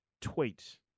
tweet